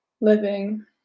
living